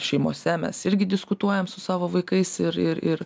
šeimose mes irgi diskutuojam su savo vaikais ir ir